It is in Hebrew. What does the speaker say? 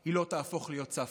היא לא תהפוך להיות סבתא.